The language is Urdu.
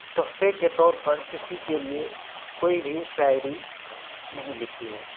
تحفے کے طور پر کسی کے لئے کوئی بھی شاعری نہیں لکھی ہے